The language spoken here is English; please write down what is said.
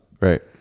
right